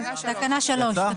תקנה 3. כן.